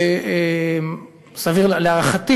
ולהערכתי,